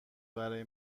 برای